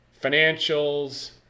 financials